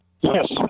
Yes